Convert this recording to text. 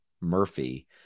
Murphy